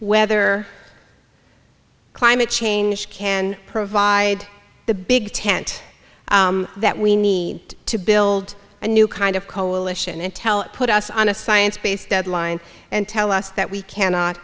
whether climate change can provide the big tent that we need to build a new kind of coalition intel put us on a science based deadline and tell us that we cannot